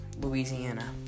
Louisiana